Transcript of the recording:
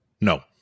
No